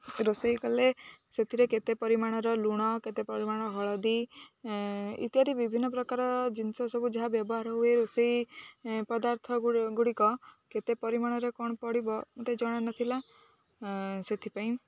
ରୋଷେଇ କଲେ ସେଥିରେ କେତେ ପରିମାଣର ଲୁଣ କେତେ ପରିମାଣର ହଳଦୀ ଇତ୍ୟାଦି ବିଭିନ୍ନ ପ୍ରକାର ଜିନିଷ ସବୁ ଯାହା ବ୍ୟବହାର ହୁଏ ରୋଷେଇ ପଦାର୍ଥ ଗୁଡ଼ିକ କେତେ ପରିମାଣରେ କ'ଣ ପଡ଼ିବ ମତେ ଜଣା ନଥିଲା ସେଥିପାଇଁ